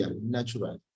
natural